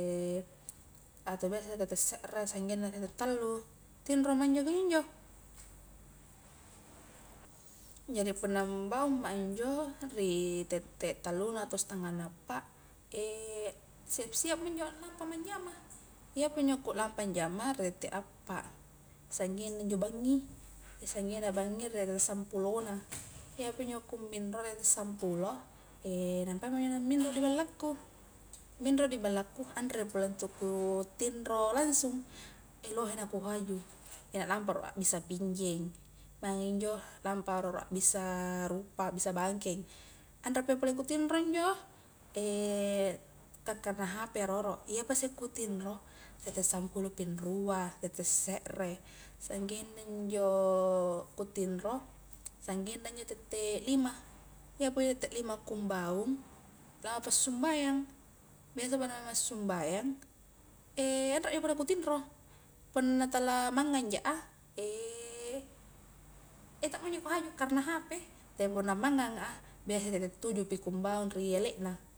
atau biasa tette serre sanggengna tette tallu, tinroma njo kunjo njo, jari punna mbaungma injo ri tette talluna atau stangana appa siap-siapma injo alampama anjama, iyapa njo kulapa njama ri tette appa, sanggengna injo bangi, sanggengna bangi tete samppulona, iyapi injo ku minro tette sampulo namoaima njo la minro ri ballakku, minroa di ballakku anre pole ntu ku tinro langsung, lohe la kuhaju, la lampa a ro abissa pinjeng, mang injo lampa a loro abbisa rupa abbissa bangkeng, anreppa njo pole kutinro injo, kare-karena hp a loro, iyapasi ku tinro tette sampulopi nrua, tette serre, sanggengna njo kutinro sanggengna njo tette lima, iyapi njo tette lima ku mbaung sumbayang, biasa punna sumbayang anreja na ku tinro, punna tala mangang ja a, iya to mo njo kuhaju akkarena hp, tapi punna manganga a biasa tette tujupi ku mbaung ri ele na.